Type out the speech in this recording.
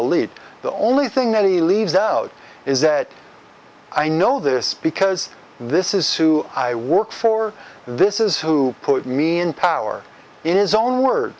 elite the only thing that he leaves out is that i know this because this is who i work for this is who put me in power in his own wor